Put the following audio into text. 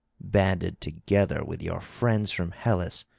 banded together with your friends from hellas,